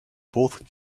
both